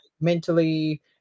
mentally